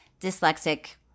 dyslexic